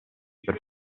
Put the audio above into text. per